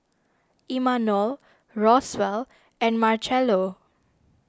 Imanol Roswell and Marchello